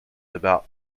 about